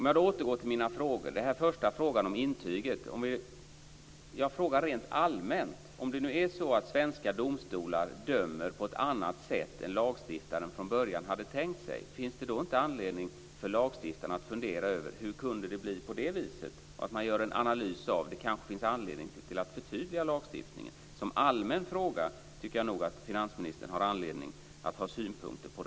Jag återgår då till min första fråga om intyget. Jag frågade rent allmänt: Om det nu är så att svenska domstolar dömer på ett annat sätt än lagstiftaren från början hade tänkt sig, finns det då inte anledning för lagstiftaren att fundera över hur det kunde bli på det sättet? Det finns kanske anledning att analysera och förtydliga denna lagstiftning. Det är en allmän fråga som jag nog tycker att finansministern har anledning att ha synpunkter på.